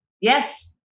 Yes